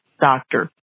doctor